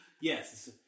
Yes